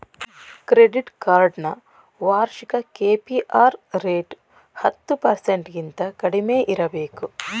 credit card ನ ವಾರ್ಷಿಕ KPR rate ಹತ್ತು ಪರ್ಸೆಂಟಗಿಂತ ಕಡಿಮೆ ಇರಬೇಕು